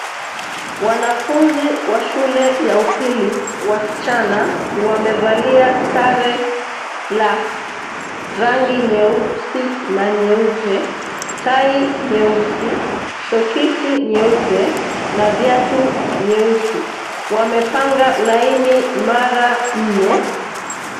Wanafunzi wa shule ya upili, wasichana, wamevalia sare la rangi nyeusi na nyeupe, tai nyeusi, soksi nyeupe na viatu nyeusi. Wamepanga laini mara nne.